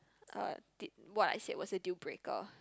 uh did what I said was a deal breaker